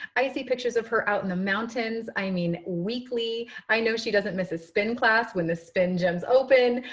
i see pictures of her out in the mountains. i mean, weekly. i know she doesn't miss a spin class when the spin gym's open.